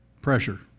pressure